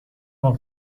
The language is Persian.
مرغ